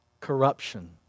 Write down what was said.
corruption